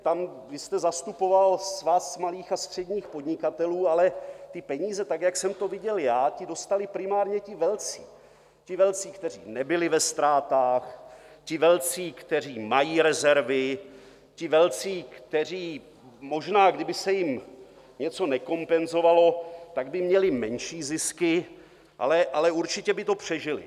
Vy jste zastupoval Svaz malých a středních podnikatelů, ale ty peníze, jak jsem to viděl já, ty dostali primárně ti velcí, kteří nebyli ve ztrátách, ti velcí, kteří mají rezervy, ti velcí, kteří možná kdyby se jim něco nekompenzovalo, tak by měli menší zisky, ale určitě by to přežili.